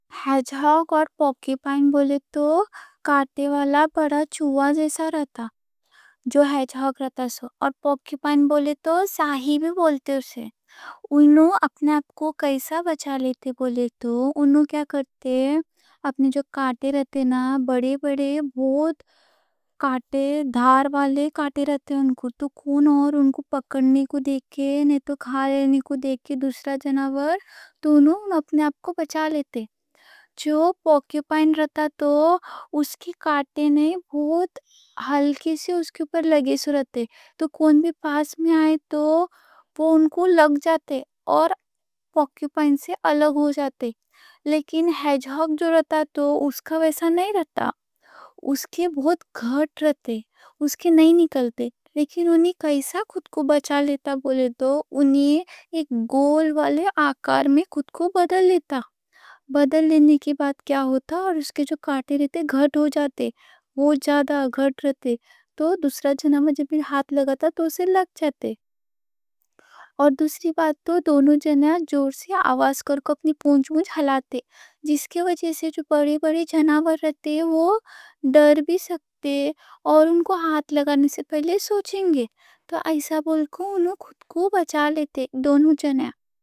ہیج ہاگ اور پورکیپائن بولے تو کانٹے والا بڑا چوہا جیسا رہتا، جو ہیج ہاگ رہتا۔ اور پورکیپائن بولے تو ساہی بھی بولتے اسے۔ انھوں اپنے آپ کو کیسا بچا لیتے بولے تو، انھوں کیا کرتے، اپنے جو کانٹے رہتے نا، بڑے بڑے بہت دھار والے کانٹے رہتے۔ تو کائیں کوں انھوں پکڑنے کو دیکھے نیتو کھا لینے کو دیکھے دوسرا جانور، تو انھوں اپنے آپ کو بچا لیتے۔ جو پورکیپائن رہتا، تو اس کے کانٹے بہت ہلکے سے اس کے اوپر لگے سو رہتے، تو کائیں بھی پاس میں آئے تو وہ ان کو لگ جاتے اور پورکیپائن سے الگ ہو جاتے۔ لیکن ہیج ہاگ جو رہتا، تو اس کا ویسا نہیں رہتا؛ اس کے کانٹے بہت گھٹ رہتے، نکلتے نئیں۔ لیکن انھیں کیسا خود کو بچا لیتا بولے تو، انھیں ایک گول والے آکار میں خود کو بدل لیتا۔ اور اس کے جو کانٹے رہتے گھٹ رہتے، تو دوسرا جانور جب ہاتھ لگاتا تو اسے لگ جاتے۔ اور دوسری بات، تو دونوں جانور جور سے آواز کرک اپنی پونچھ مونچھ ہلاتے، جس کے وجہ سے جو بڑے بڑے جانور رہتے وہ ڈر بھی سکتے، اور ان کو ہاتھ لگانے سے پہلے سوچیں گے۔ تو ایسا بول کو انھوں خود کو بچا لیتے دونوں جانور۔